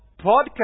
podcast